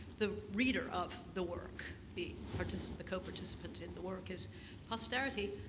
the reader of the work, the co-participant the co-participant in the work is posterity.